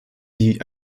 die